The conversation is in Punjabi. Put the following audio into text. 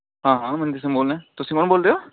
ਹਾਂ ਹਾਂ ਮਨਦੀਪ ਸਿੰਘ ਬੋਲ ਰਿਹਾ ਤੁਸੀਂ ਕੌਣ ਬੋਲਦੇ ਆ